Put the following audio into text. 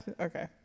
okay